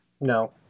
No